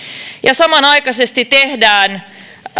samanaikaisesti tehdään